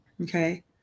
Okay